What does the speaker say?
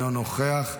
אינו נוכח,